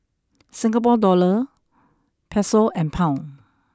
Singapore dollar Peso and Pound